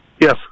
Yes